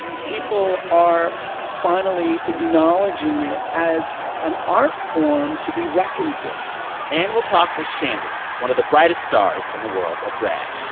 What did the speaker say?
people are finally acknowledging it as an art form to be reckoned with and we'll talk with shangela, one of the brightest stars in the world of drag.